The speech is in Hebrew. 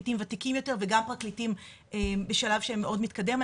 פרקליטים וותיקים יותר וגם פרקליטים שהם בשלב מתקדם יותר.